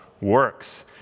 works